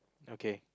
okay